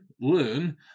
learn